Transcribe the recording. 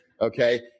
Okay